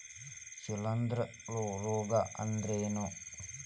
ಶಿಲೇಂಧ್ರ ರೋಗಾ ಅಂದ್ರ ಏನ್?